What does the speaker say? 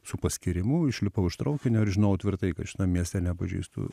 su paskyrimu išlipau iš traukinio ir žinojau tvirtai kad šitam mieste nepažįstu